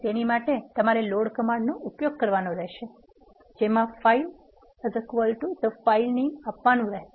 તેની માટે તમારે લોડ કમાન્ડ નો ઉપયોગ કરવાનો રહેશે જેમા file the file name આપવાનુ રહેશે